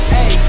Hey